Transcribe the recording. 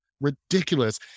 ridiculous